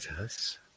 Yes